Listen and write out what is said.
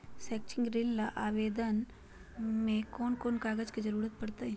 शैक्षिक ऋण ला ऑनलाइन आवेदन में कौन कौन कागज के ज़रूरत पड़तई?